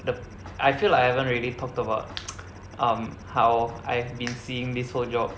the I feel like I haven't really talked about um how I've been seeing this whole job